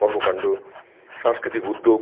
কর্মকাণ্ড সাংস্কৃতিক উদ্যোগ